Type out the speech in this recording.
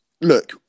look